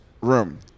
room